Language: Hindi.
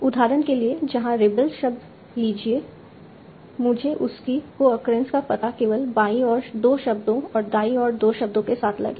उदाहरण के लिए यहाँ रेबल्स शब्द लीजिए मुझे इसकी कोअक्रेंस का पता केवल बाईं ओर 2 शब्दों और दाईं ओर 2 शब्दों के साथ लगेगा